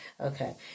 Okay